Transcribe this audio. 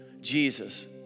Jesus